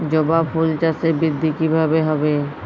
জবা ফুল চাষে বৃদ্ধি কিভাবে হবে?